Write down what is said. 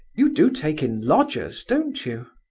you do take in lodgers, don't you?